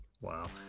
Wow